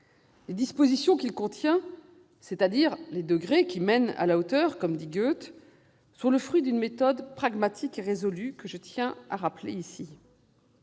Les dispositions qu'il contient- les degrés qui mènent à la hauteur, comme dit Goethe -sont le fruit d'une méthode pragmatique et résolue, que je tiens à rappeler.